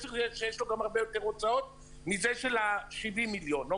שיש לו גם הרבה יותר הוצאות מזה של 70 מיליון.